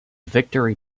victory